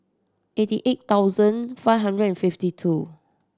eighty eight thousand five hundred and fifty two